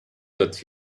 that